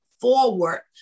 forward